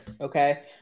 okay